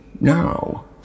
now